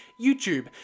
YouTube